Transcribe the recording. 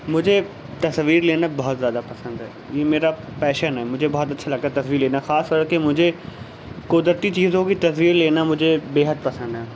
مجھے تصویر لینا بہت زیادہ پسند ہے یہ میرا پیشن ہے مجھے بہت اچھا لگتا ہے تصویر لینا خاص کر کے مجھے قدرتی چیزوں کی تصویر لینا مجھے بےحد پسند ہیں